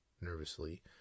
Nervously